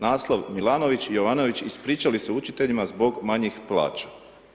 Naslov Milanović i Jovanović ispričali se učiteljima zbog manjih plaća.